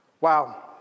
Wow